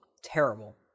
terrible